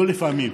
לא לפעמים,